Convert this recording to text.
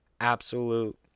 absolute